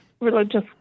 religious